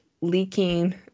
leaking